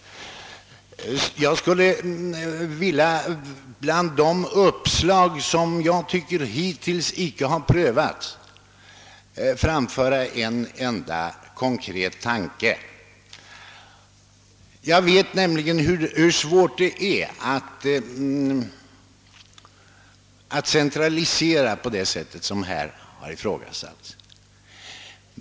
Jag vill emellertid framföra ett konkret uppslag som hittills inte har prövats — jag vet nämligen hur svårt det är att centralisera på det sätt som här har ifrågasatts.